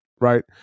right